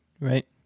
Right